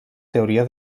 teoria